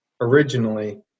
originally